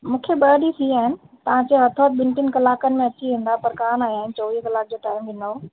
मूंखे ॿ ॾींहं थी विया आहिनि तव्हां चयो अथव ॿिनि टिनि कलाकनि में अची वेंदा पर कोन्ह आया आहिनि चोवीह कलाक जो टाइम ॾिनो हो